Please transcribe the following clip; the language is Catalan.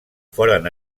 foren